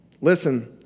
Listen